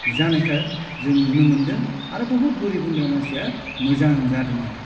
जानायखो जों नुनो मोन्दों आरो बुहुत गरिब गुन्द्रा मानसिया मोजां जादों आरो